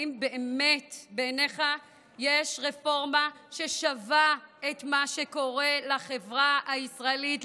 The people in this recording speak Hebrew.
האם באמת בעיניך יש רפורמה ששווה את מה שקורה לחברה הישראלית,